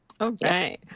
okay